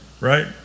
right